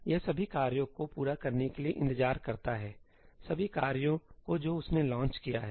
यह सभी कार्यों को पूरा करने के लिए इंतजार करता है सभी कार्यों को जो उसने लॉन्च किया है